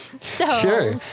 Sure